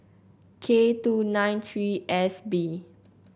K two nine three S B